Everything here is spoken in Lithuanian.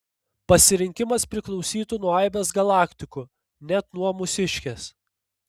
pasirinkimas priklausytų nuo aibės galaktikų net nuo mūsiškės